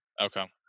Okay